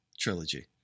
trilogy